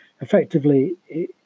effectively